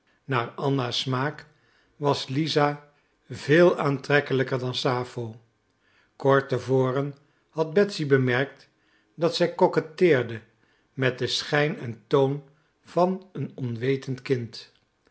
naar anna's smaak was lisa veel aantrekkelijker dan sappho kort te voren had betsy bemerkt dat zij coquetteerde met den schijn en toon van een onwetend kind